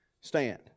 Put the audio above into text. stand